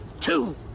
two